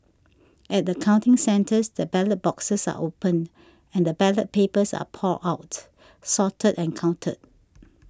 at the counting centres the ballot boxes are opened and the ballot papers are poured out sorted and counted